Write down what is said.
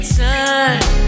time